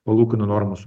palūkanų normos